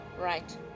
right